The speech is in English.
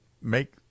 make